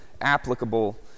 applicable